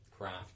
craft